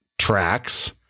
tracks